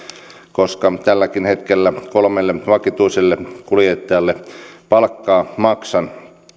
koska tälläkin hetkellä kolmelle vakituiselle kuljettajalle palkkaa maksan